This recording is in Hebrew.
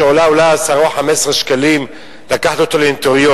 שעולה אולי 10 או 15 שקל לקחת אותה לנוטריון,